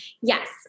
Yes